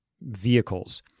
vehicles